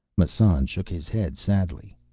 massan shook his head sadly.